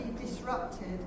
disrupted